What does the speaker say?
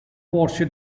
porsche